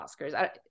Oscars